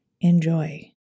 Enjoy